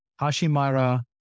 Hashimara